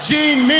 Gene